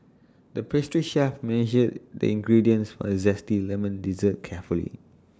the pastry chef measured the ingredients for A Zesty Lemon Dessert carefully